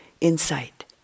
insight